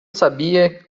sabia